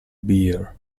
beer